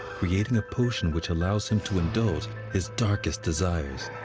creating a potion which allows him to indulge his darkest desires.